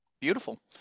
Beautiful